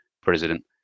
president